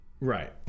Right